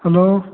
hello